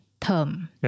term